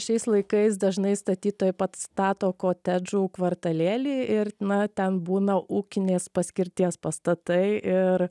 šiais laikais dažnai statytojai pats stato kotedžų kvartalėlį ir na ten būna ūkinės paskirties pastatai ir